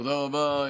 תודה רבה,